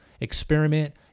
Experiment